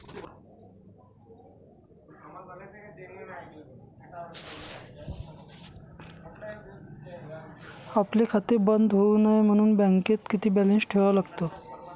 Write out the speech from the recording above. आपले खाते बंद होऊ नये म्हणून बँकेत किती बॅलन्स ठेवावा लागतो?